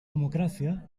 democràcia